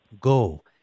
Go